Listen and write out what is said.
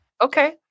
okay